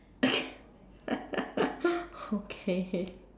okay okay